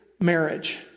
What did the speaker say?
marriage